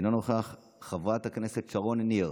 אינו נוכח, חברת הכנסת שרון ניר,